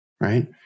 right